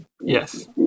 Yes